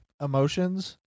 emotions